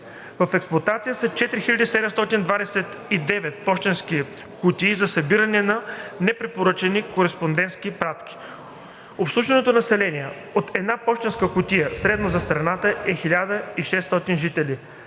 В експлоатация са 4729 пощенски кутии за събиране на непрепоръчани кореспондентски пратки. Обслужваното население от една пощенска кутия средно за страната е 1600 жители.